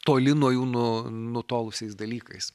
toli nuo jų nu nutolusiais dalykais